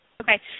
Okay